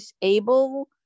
disable